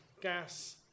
gas